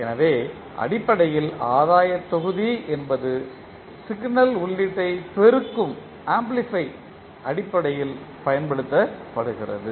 எனவே அடிப்படையில் ஆதாய தொகுதி என்பது சிக்னல் உள்ளீட்டைப் பெருக்கும் அடிப்படையில் பயன்படுத்தப்படுகிறது